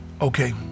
Okay